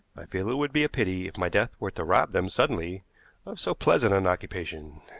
i feel it would be a pity if my death were to rob them suddenly of so pleasant an occupation.